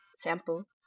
sample